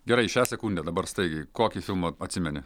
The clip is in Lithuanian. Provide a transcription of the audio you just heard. gerai šią sekundę dabar staigiai kokį filmą atsimeni